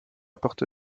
porte